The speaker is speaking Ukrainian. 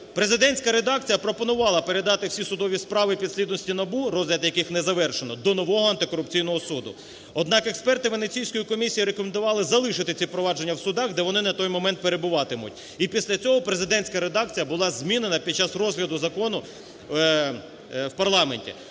президентська редакція пропонувала передати всі судові справи підслідності НАБУ, розгляд яких не завершено, до нового антикорупційного суду. Однак експерти Венеційської комісії рекомендували залишити ці провадження в судах, де вони на той момент перебуватимуть, і після цього президентська редакція була змінена під час розгляду закону в парламенті.